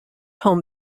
home